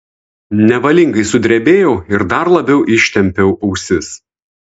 nevalingai sudrebėjau ir dar labiau ištempiau ausis